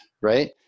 right